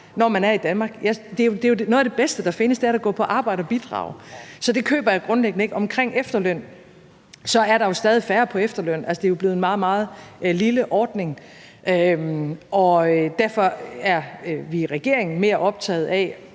noget af det bedste, der findes, altså at gå på arbejde og bidrage, så det køber jeg grundlæggende ikke. Omkring efterlønnen er der jo stadig færre, der er på efterløn. Altså, det er jo blevet en meget, meget lille ordning, og derfor er vi i regeringen mere optaget af